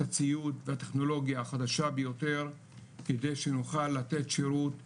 את הציוד והטכנולוגיה החדשה ביותר כדי שנוכל לתת שירות ציבורי,